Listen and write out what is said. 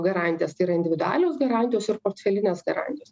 garantijas tai yra individualios garantijos ir portfelinės garantijos